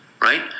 right